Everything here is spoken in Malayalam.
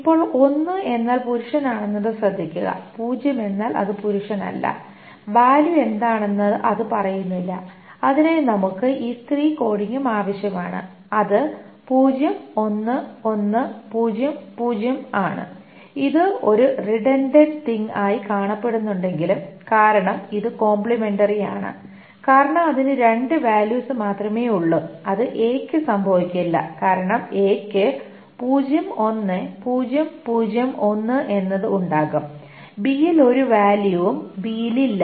ഇപ്പോൾ ഒന്ന് എന്നാൽ പുരുഷനാണെന്നത് ശ്രദ്ധിക്കുക 0 എന്നാൽ അത് പുരുഷനല്ല വാല്യൂ എന്താണെന്ന് അത് പറയുന്നില്ല അതിനായി നമുക്ക് ഈ സ്ത്രീ കോഡിംഗും ആവശ്യമാണ് അത് 01100 ആണ് ഇത് ഒരു റീഡന്റന്റ് തിങ് ആയി കാണപ്പെടുന്നുണ്ടെങ്കിലും കാരണം ഇത് കോംപ്ലിമെന്ററി ആണ് കാരണം അതിന് രണ്ട് വാല്യൂസ് മാത്രമേ ഉള്ളൂ അത് A യ്ക്കു സംഭവിക്കില്ല കാരണം A യ്ക്കു 01001 എന്നത് ഉണ്ടാകും B ൽ ഒരു വാല്യൂവും B ൽ ഇല്ല